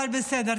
אבל בסדר,